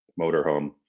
motorhome